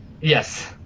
Yes